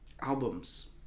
albums